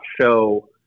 show